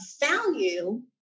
value